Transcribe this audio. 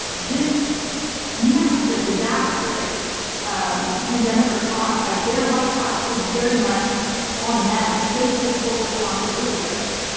this massive, disastrous um pandemic response by their white house is very much on them. they take full responsibility for this.